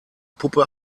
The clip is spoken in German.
puppe